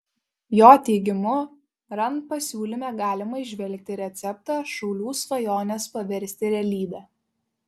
jo teigimu rand pasiūlyme galima įžvelgti receptą šaulių svajones paversti realybe